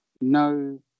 No